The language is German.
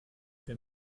wer